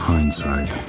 Hindsight